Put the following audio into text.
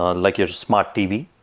ah like your smart tv.